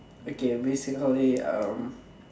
okay basically um